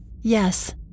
Yes